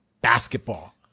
basketball